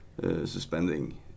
suspending